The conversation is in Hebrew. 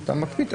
אתה מקפיא.